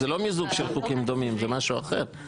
זה לא מיזוג של חוקים דומים, זה משהו אחר.